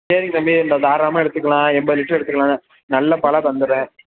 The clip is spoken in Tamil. சரிங்க தம்பி இந்த தாராளமாக எடுத்துக்கலாம் எண்பது லிட்ரு எடுத்துக்கலாம் நல்ல பாலாக தந்துடுறேன்